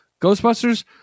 Ghostbusters